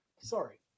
Sorry